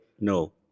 No